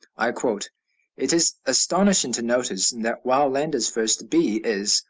i quote it is astonishing to notice that while landa's first b is,